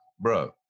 Bro